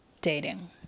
dating